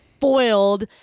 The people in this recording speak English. foiled